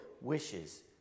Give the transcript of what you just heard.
wishes